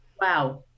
wow